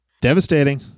Devastating